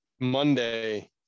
monday